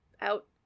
out